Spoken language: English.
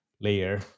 layer